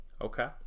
okay